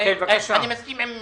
אני מסכים עם מיקי.